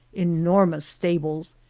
enormous stables,